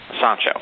Sancho